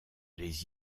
les